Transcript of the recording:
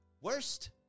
Worst